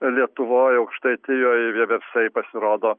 lietuvoj aukštaitijoje vieversiai pasirodo